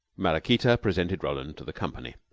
maraquita presented roland to the company.